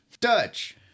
Dutch